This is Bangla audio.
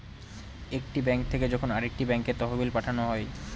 একটি ব্যাঙ্ক থেকে যখন আরেকটি ব্যাঙ্কে তহবিল পাঠানো হয়